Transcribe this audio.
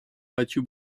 matthew